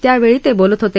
त्यावळी ते बोलत होते